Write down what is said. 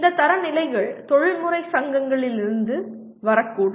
இந்த தரநிலைகள் தொழில்முறை சங்கங்களிலிருந்து வரக்கூடும்